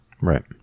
Right